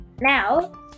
Now